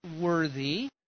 worthy